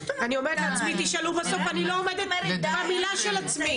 אני אומרת לעצמי תשאלו ובסוף אני לא עומדת במילה של עצמי.